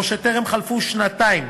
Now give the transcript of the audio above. או שטרם חלפו שנתיים